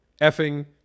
effing